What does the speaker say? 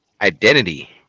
identity